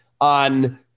on